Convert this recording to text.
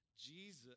Jesus